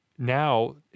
Now